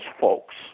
folks